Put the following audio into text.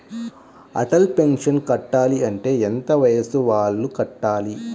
Atal pension కట్టాలి అంటే ఎంత వయసు వాళ్ళు కట్టాలి?